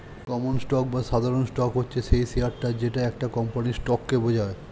common stock বা সাধারণ stock হচ্ছে সেই শেয়ারটা যেটা একটা কোম্পানির স্টককে বোঝায়